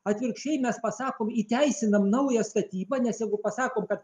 atvirkščiai mes pasakom įteisinam naują statybą nes jeigu pasakom kad